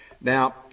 Now